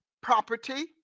property